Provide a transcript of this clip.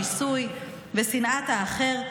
שיסוי ושנאת האחר,